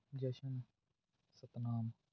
Jashan Satnam